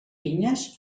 pinyes